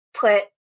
put